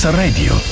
radio